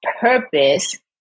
purpose